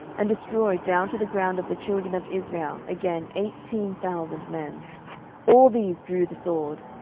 and destroyed down to the ground of the children of israel again eighteen thousand men all these drew the sword.